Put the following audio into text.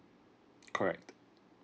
correct